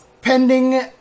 pending